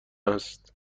هست